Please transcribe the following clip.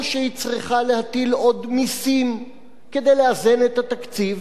שהיא צריכה להטיל עוד מסים כדי לאזן את התקציב,